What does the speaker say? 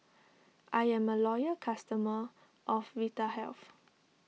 I'm a loyal customer of Vitahealth